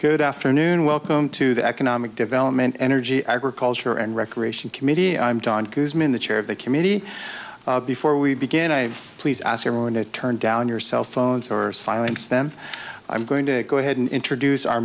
good afternoon welcome to the economic development energy agriculture and recreation committee i'm john ku's minn the chair of the committee before we begin i please ask everyone to turn down your cell phones or silence them i'm going to go ahead and introduce our